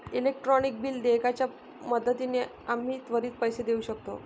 electronic bill देयकाच्या मदतीने आम्ही त्वरित पैसे देऊ शकतो